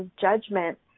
judgment